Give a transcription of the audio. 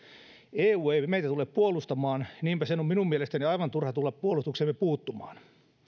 eu ei meitä tule puolustamaan niinpä sen on minun mielestäni aivan turha tulla puolustukseemme puuttumaan